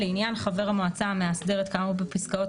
לעניין חבר המועצה המאסדרת כאמור בפסקאות